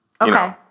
Okay